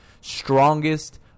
strongest